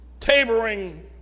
tabering